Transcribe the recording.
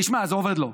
תשמע, זה עובד לו.